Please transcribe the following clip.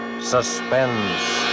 Suspense